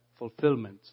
Fulfillment